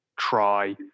Try